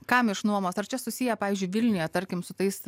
kam išnuomos ar čia susiję pavyzdžiui vilniuje tarkim su tais